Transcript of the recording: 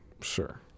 Sure